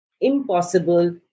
impossible